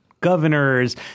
governors